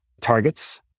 targets